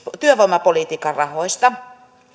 työvoimapolitiikan rahoista